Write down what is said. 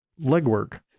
legwork